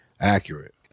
accurate